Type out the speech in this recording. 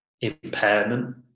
impairment